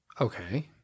Okay